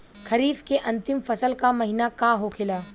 खरीफ के अंतिम फसल का महीना का होखेला?